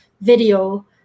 video